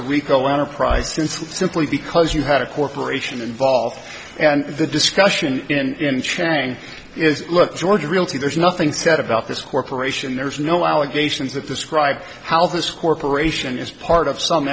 a rico enterprise since simply because you had a corporation involved and the discussion in chang is george realty there's nothing said about this corporation there's no allegations that describe how this corporation is part of some